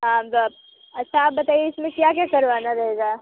हाँ तब अच्छा बताइए इस में क्या क्या करवाना रहेगा